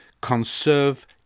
Conserve